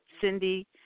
Cindy